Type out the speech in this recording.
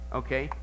okay